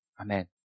Amen